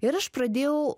ir aš pradėjau